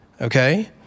okay